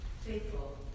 faithful